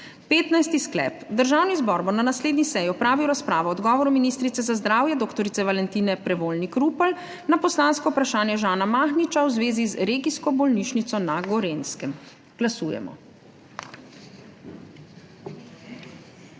15. sklep: Državni zbor bo na naslednji seji opravil razpravo o odgovoru ministrice za zdravje dr. Valentine Prevolnik Rupel na poslansko vprašanje Žana Mahniča v zvezi z regijsko bolnišnico na Gorenjskem. Glasujemo.